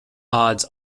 odds